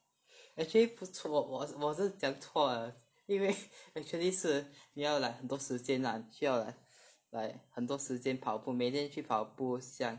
actually 不错我我是讲错了因为 actually 是你要 like 很多时间 lah 需要 like like 很多时间跑步每天去跑步想